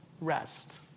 rest